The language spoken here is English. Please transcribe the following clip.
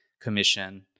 Commission